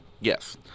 yes